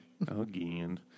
Again